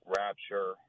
rapture